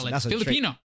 Filipino